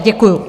Děkuju.